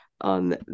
on